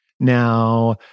Now